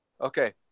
Okay